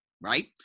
right